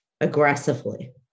aggressively